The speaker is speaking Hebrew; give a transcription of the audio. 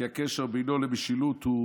כי הקשר בינו למשילות הוא